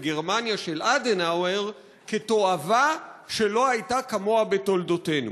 גרמניה של אדנאואר כ"תועבה שלא הייתה כמוה בתולדותינו".